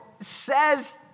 says